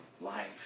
life